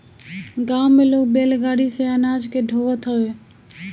गांव में लोग बैलगाड़ी से अनाज के ढोअत हवे